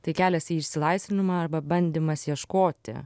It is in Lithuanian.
tai kelias į išsilaisvinimą arba bandymas ieškoti